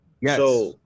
Yes